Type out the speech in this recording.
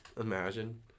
Imagine